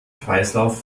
kreislauf